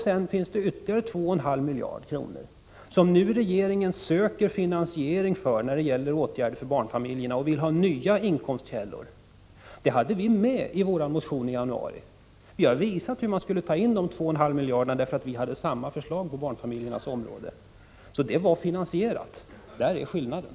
Sedan finns det ytterligare 2,5 miljarder som regeringen nu söker finansiering för då det gäller åtgärder för barnfamiljerna. Regeringen vill ha nya inkomstkällor. Detta avsnitt hade vi med i våra motioner i januari. Vi har visat hur man skall ta in dessa 2,5 miljarder i vårt förslag om åtgärder för barnfamiljerna, så det var redan finansierat. Där ligger skillnaden.